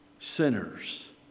Sinners